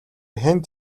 хэнд